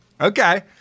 Okay